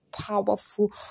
powerful